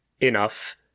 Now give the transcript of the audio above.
enough